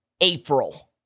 April